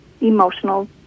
emotional